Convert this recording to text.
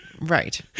Right